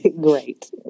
Great